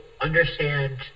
understand